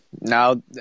Now